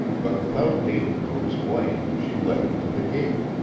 but without deigning to explain she led him to the gate.